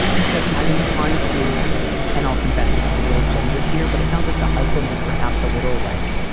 because i'm inclined to and i'll confess this is a little gendered here, but it sounds like the husband is perhaps a little like